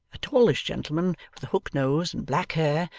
a tallish gentleman with a hook nose and black hair,